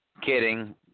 Kidding